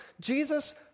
Jesus